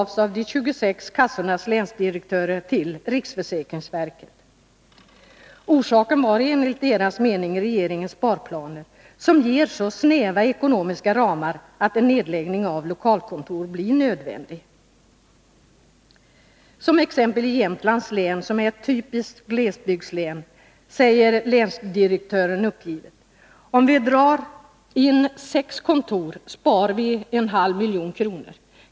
Det var ett besked som gavs till riksförsäkringsverket av de 26 kassornas länsdirektörer. Orsaken var enligt deras mening regeringens sparplaner, som ger så snäva ekonomiska ramar att en nedläggning av lokalkontor blir nödvändig. I t.ex. Jämtlands län — som är ett typiskt glesbygdslän — säger länsdirektören uppgivet: Om vi drar in sex kontor, sparar vi en halv miljon kronor.